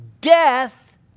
death